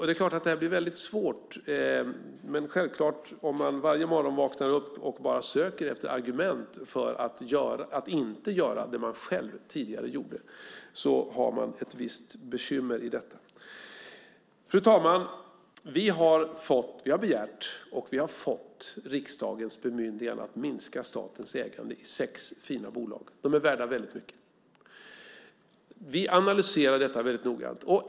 Det är väldigt svårt. Om man varje morgon vaknar upp och söker efter argument att inte göra det man själv tidigare gjorde har man ett visst bekymmer i detta. Fru talman! Vi har begärt och fått riksdagens bemyndigande att minska statens ägande i sex fina bolag. De är värda väldigt mycket. Vi analyserar detta väldigt noggrant.